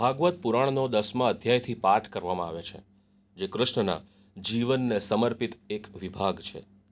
ભાગવત પુરાણનો દસમા અધ્યાયથી પાઠ કરવામાં આવે છે જે કૃષ્ણનાં જીવનને સમર્પિત એક વિભાગ છે